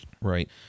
Right